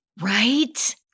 Right